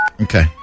Okay